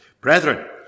Brethren